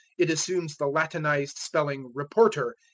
it assumes the latinized spelling, reporter.